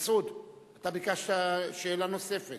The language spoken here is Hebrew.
ביקשת שאלה נוספת.